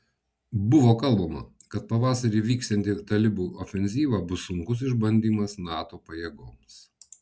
buvo kalbama kad pavasarį vyksianti talibų ofenzyva bus sunkus išbandymas nato pajėgoms